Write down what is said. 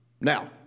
Now